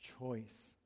choice